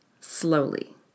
slowly